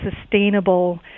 sustainable